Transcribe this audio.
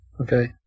Okay